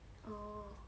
oh